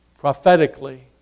Prophetically